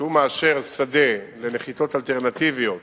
שכשהוא מאשר שדה לנחיתות אלטרנטיביות,